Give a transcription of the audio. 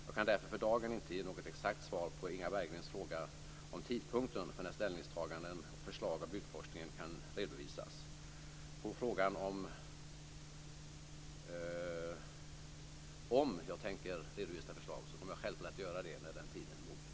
Jag kan därför för dagen inte ge något exakt svar på Inga Berggrens fråga om tidpunkten för när ställningstaganden och förslag om byggforskningen kan redovisas. På frågan om jag tänker redovisa förslag vill jag svara att jag självfallet kommer att göra det när tiden är mogen. Tack!